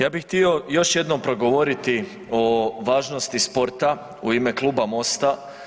Ja bih htio još jednom progovoriti o važnosti sporta u ime Kluba Mosta.